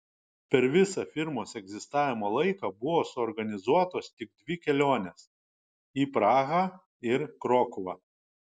per visą firmos egzistavimo laiką buvo suorganizuotos tik dvi kelionės į prahą ir krokuvą